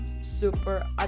super